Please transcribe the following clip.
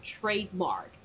trademark